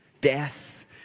Death